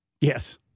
Yes